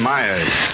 Myers